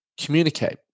communicate